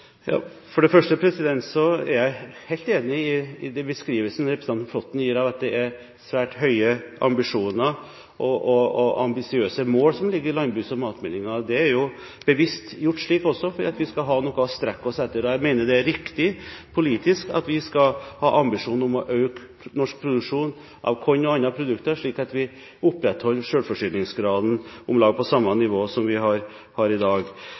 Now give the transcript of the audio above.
er helt enig i den beskrivelsen representanten Flåtten gir, at det er svært høye ambisjoner og ambisiøse mål som ligger i landbruks- og matmeldingen. Det er gjort bevisst, slik at vi skal ha noe å strekke oss etter. Jeg mener det er politisk riktig at vi skal ha ambisjon om å øke norsk produksjon av korn og andre produkter, slik at vi opprettholder selvforsyningsgraden om lag på samme nivå som i dag. Så til spørsmålet om økologisk produksjon. Det er i